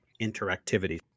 interactivity